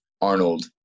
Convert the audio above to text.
Arnold